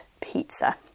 pizza